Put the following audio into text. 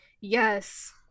Yes